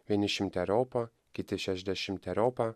vieni šimteriopą kiti šešiasdešimteriopą